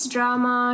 Drama